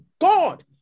God